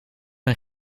een